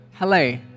Hello